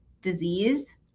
disease